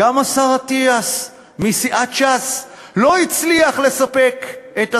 גם השר אטיאס מסיעת ש"ס לא הצליח לספק את הסחורה.